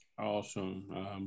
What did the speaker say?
Awesome